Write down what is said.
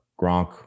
Gronk